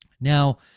Now